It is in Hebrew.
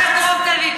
לא בדקת.